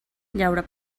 llaura